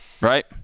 right